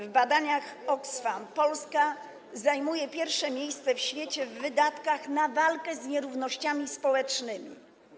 W badaniach Oxfam Polska zajmuje pierwsze miejsce w świecie w wydatkach na walkę z nierównościami społecznymi.